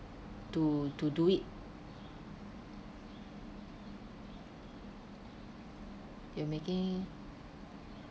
to to do it you're making